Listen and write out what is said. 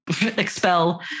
expel